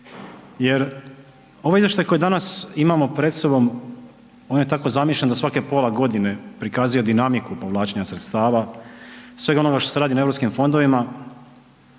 jer ovo izvješće koje danas imamo pred sobom, ono je tako zamišljeno da svake pola godine prikazuje dinamiku povlačenja sredstava, svega onoga što se radi na EU fondovima,